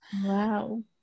Wow